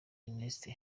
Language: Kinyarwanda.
ernest